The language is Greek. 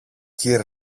κυρ